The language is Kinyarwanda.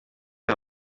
aya